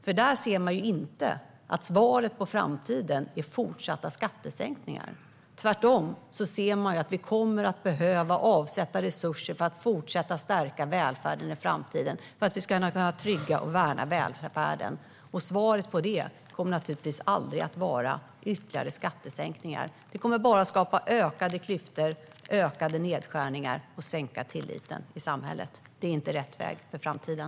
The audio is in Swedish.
Där framgår att svaret för framtiden inte är fortsatta skattesänkningar. Tvärtom kommer vi att behöva avsätta resurser för att fortsätta stärka välfärden i framtiden och för att vi ska kunna trygga och värna välfärden. Svaret på det kommer naturligtvis aldrig att vara ytterligare skattesänkningar. Det kommer bara att skapa ökade klyftor och ökade nedskärningar och sänka tilliten i samhället. Det är inte rätt väg för framtiden.